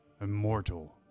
Immortal